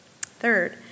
Third